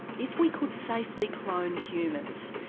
if we could safely clone humans,